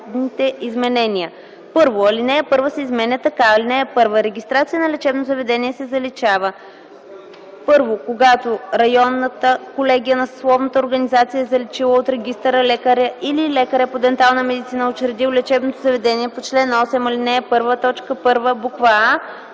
1. Алинея 1 се изменя така: „(1) Регистрацията на лечебно заведение се заличава: 1. когато районната колегия на съсловната организация е заличила от регистъра лекаря или лекаря по дентална медицина, учредил лечебно заведение по чл. 8, ал. 1, т. 1, буква